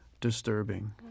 disturbing